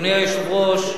אדוני היושב-ראש,